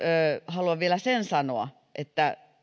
haluan vielä sen sanoa